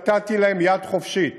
נתתי להם יד חופשית.